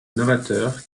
novateur